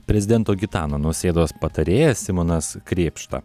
prezidento gitano nausėdos patarėjas simonas krėpšta